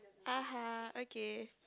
(uh huh) okay